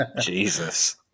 Jesus